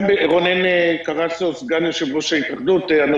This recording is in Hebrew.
אני סגן יושב-ראש התאחדות סוכני הנסיעות.